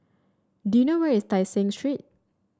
do you know where is Tai Seng Street